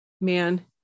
man